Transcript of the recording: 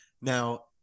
Now